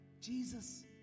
Jesus